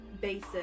basic